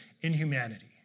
inhumanity